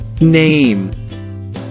name